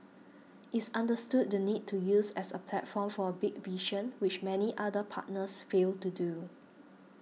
it's understood the need to use as a platform for a big vision which many other partners fail to do